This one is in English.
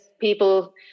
people